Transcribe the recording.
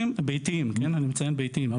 ביתיים כן אני מציין ביתיים.